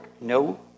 No